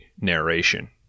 narration